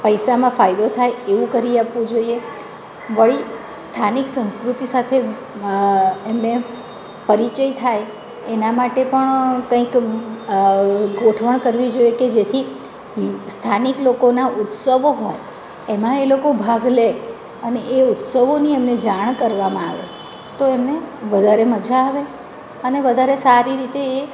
પૈસામાં ફાયદો થાય એવું કરી આપવું જોઈએ વળી સ્થાનિક સંસ્કૃતિ સાથે એમને પરિચય થાય એના માટે પણ કંઈક ગોઠવણ કરવી જોઈએ કે જેથી સ્થાનિક લોકોના ઉત્સવો હોય એમાં એ લોકો ભાગ લે અને એ ઉત્સવોની એમને જાણ કરવામાં આવે તો એમને વધારે મજા આવે અને વધારે સારી રીતે એ